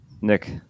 Nick